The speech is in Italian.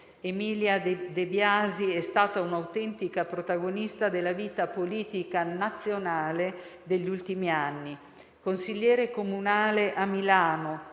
Emilia De Biasi è stata un'autentica protagonista della vita politica nazionale degli ultimi anni. Consigliere comunale a Milano,